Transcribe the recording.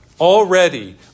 already